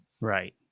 right